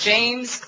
James